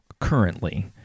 currently